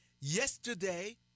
Yesterday